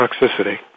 toxicity